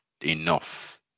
enough